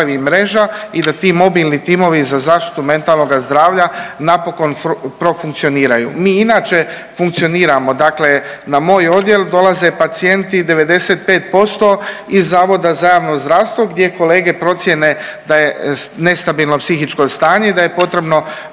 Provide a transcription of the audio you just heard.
i da ti mobilni timovi za zaštitu mentalnoga zdravlja napokon profunkcioniraju. Mi inače funkcioniramo, dakle na moj odjel dolaze pacijenti 95% iz Zavoda za javno zdravstvo gdje kolege procijene da je nestabilno psihičko stanje i da je potrebno